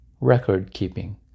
record-keeping